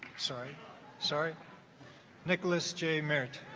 sorry sorry nicholas j merritt